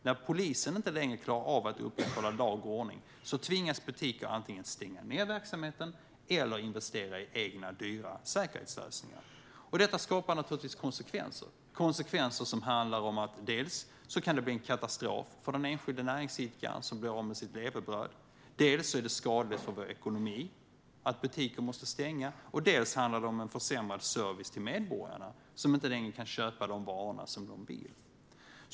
När polisen inte längre klarar av att upprätthålla lag och ordning tvingas butiker antingen att stänga verksamheten eller att investera i egna dyra säkerhetslösningar. Detta skapar naturligtvis konsekvenser: Dels kan det bli en katastrof för den enskilde näringsidkaren som blir av med sitt levebröd, dels är det skadligt för vår ekonomi att butiker måste stänga, dels handlar det om en försämrad service till medborgarna, som inte längre kan köpa de varor de vill.